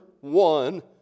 one